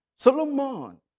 Solomon